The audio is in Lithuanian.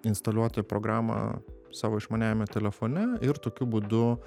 instaliuoti programą savo išmaniajame telefone ir tokiu būdu